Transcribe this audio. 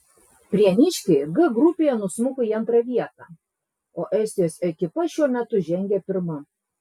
prieniškiai g grupėje nusmuko į antrą vietą o estijos ekipa šiuo metu žengia pirma